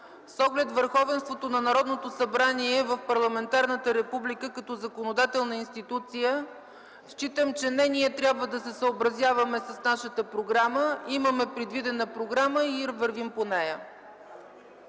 с оглед върховенството на Народното събрание в парламентарната република като законодателна институция, смятам, че не ние трябва да се съобразяваме, ние имаме предвидена програма и вървим по нея.